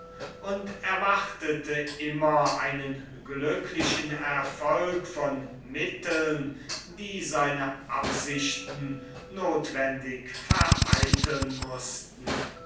und erwartete immer einen glücklichen erfolg von mitteln die seine absichten notwendig vereiteln mußten